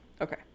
Okay